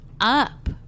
up